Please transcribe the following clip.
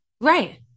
Right